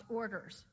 orders